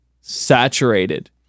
Saturated